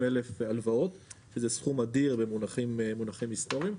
וזה סכום אדיר במונחים היסטוריים.